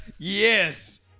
yes